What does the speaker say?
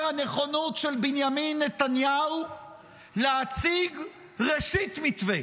הנכונות של בנימין נתניהו להציג ראשית מתווה